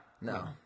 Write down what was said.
No